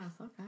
Okay